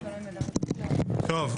טוב.